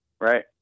right